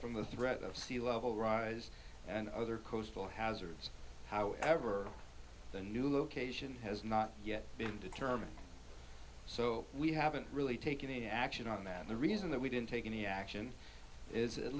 from the threat of sea level rise and other coastal hazards however the new location has not yet been determined so we haven't really taken any action on that and the reason that we didn't take any action is at